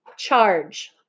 charge